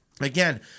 again